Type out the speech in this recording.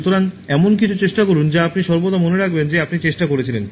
সুতরাং এমন কিছু চেষ্টা করুন যা আপনি সর্বদা মনে রাখবেন যে আপনি চেষ্টা করেছিলেন